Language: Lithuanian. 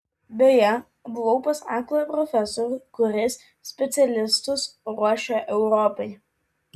beje buvau pas aklą profesorių kuris specialistus ruošia europai